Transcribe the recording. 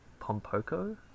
Pompoco